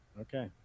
Okay